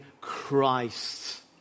Christ